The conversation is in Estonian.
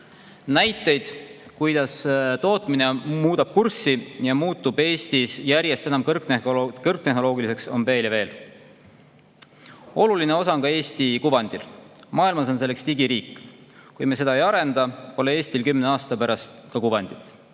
Näiteid, kuidas tootmine muudab kurssi ja muutub Eestis järjest enam kõrgtehnoloogiliseks, on veel ja veel. Oluline osa on ka Eesti kuvandil. Maailmas on selleks digiriik. Kui me seda ei arenda, pole Eestil kümne aasta pärast ka seda kuvandit.